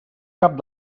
cap